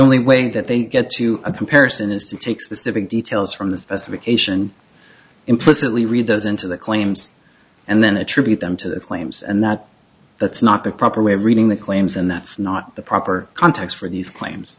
only way that they get to a comparison is to take specific details from the specification implicitly read those into the claims and then attribute them to the claims and that that's not the proper way of reading the claims and that's not the proper context for these claims